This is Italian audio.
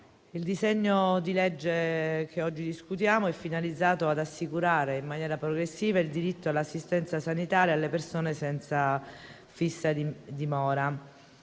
il disegno di legge che oggi discutiamo è finalizzato ad assicurare in maniera progressiva il diritto all'assistenza sanitaria alle persone senza fissa dimora.